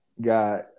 got